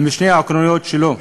עם שני העקרונות שלו: